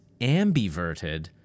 ambiverted